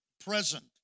present